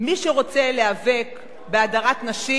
מי שרוצה להיאבק בהדרת נשים,